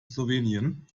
slowenien